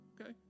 Okay